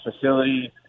facility